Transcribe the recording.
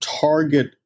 target